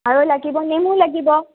আৰু লাগিব নেমু লাগিব